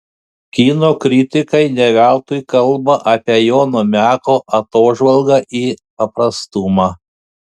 kino kritikai ne veltui kalba apie jono meko atožvalgą į paprastumą